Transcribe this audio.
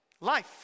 life